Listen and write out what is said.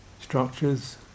structures